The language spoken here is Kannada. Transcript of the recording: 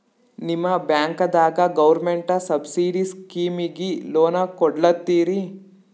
ನಿಮ ಬ್ಯಾಂಕದಾಗ ಗೌರ್ಮೆಂಟ ಸಬ್ಸಿಡಿ ಸ್ಕೀಮಿಗಿ ಲೊನ ಕೊಡ್ಲತ್ತೀರಿ?